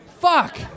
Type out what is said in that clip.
Fuck